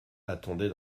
attendait